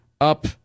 up